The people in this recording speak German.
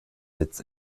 sitz